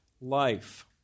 life